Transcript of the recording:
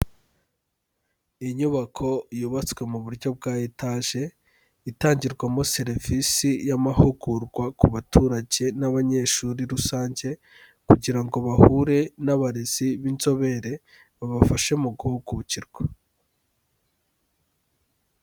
Inyubako yubatswe mu buryo bwa etaje, itangirwamo serivisi y'amahugurwa ku baturage n'abanyeshuri rusange kugira ngo bahure n'abarezi b'inzobere babafashe mu guhugukirwa.